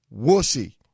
wussy